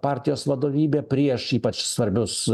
partijos vadovybė prieš ypač svarbius